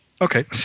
Okay